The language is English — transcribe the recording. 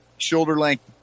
shoulder-length